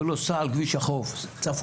אומר לו סע על כביש החוף צפונה,